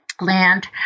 Land